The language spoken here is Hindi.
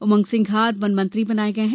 उमंग सिंघार वन मंत्री बनाये गये है